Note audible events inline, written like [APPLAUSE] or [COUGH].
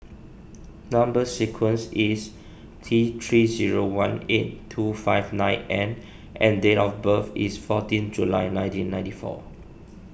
[NOISE] Number Sequence is T three zero one eight two five nine N and date of birth is fourteen July nineteen ninety four